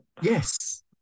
Yes